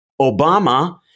Obama